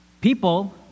People